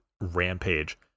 rampage